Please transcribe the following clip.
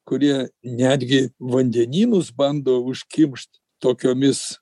kurie netgi vandenynus bando užkimšt tokiomis